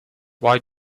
why